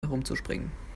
herumzuspringen